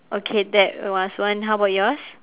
okay that was one how about yours